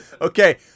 Okay